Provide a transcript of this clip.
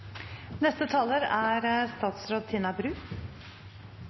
Neste taler er